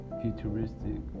futuristic